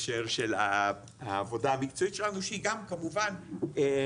בהקשר של העבודה המקצועית שלנו שהיא גם כמובן קשורה